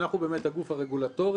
אנחנו באמת הגוף הרגולטורי,